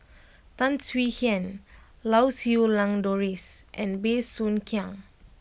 Tan Swie Hian Lau Siew Lang Doris and Bey Soo Khiang